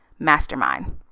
Mastermind